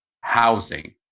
housing